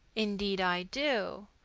indeed i do.